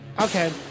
okay